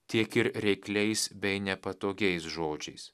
tiek ir reikliais bei nepatogiais žodžiais